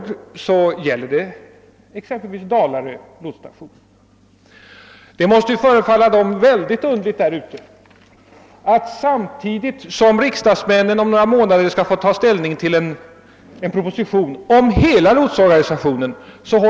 Det måste förefalla mycket underligt för dem som berörs härav att man är i färd med att ändra förhållandena för lotsstationen och för lotsservicen därute samtidigt som riksdagsmännen vet att de om några månader skall få ta ställning till en proposition om hela lotsorganisationen.